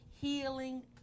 healing